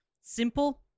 simple